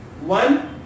One